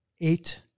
eight